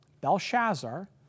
Belshazzar